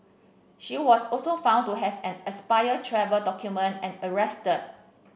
she was also found to have an expired travel document and arrested